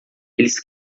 eles